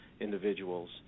individuals